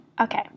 Okay